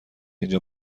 اینجا